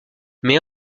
mais